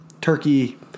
turkey